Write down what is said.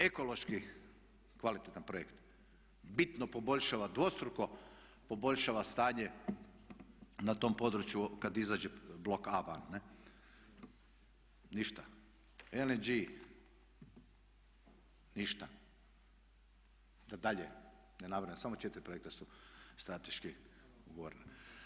Ekološki kvalitetan projekt bitno poboljšava, dvostruko poboljšava stanje na tom području kada izađe … Ništa, … ništa, da dalje ne nabrajam, samo 4 projekta su strateški ugovorena.